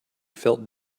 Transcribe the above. felt